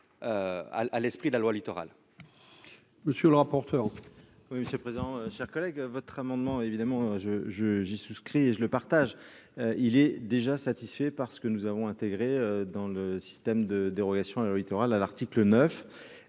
à l'esprit de la loi littoral. Monsieur le rapporteur. Oui, jusqu'à présent, cher collègue, votre amendement évidemment je, je, j'ai souscrit et je le partage, il est déjà satisfait parce que nous avons intégré dans le système de dérogation à la loi littoral à l'article 9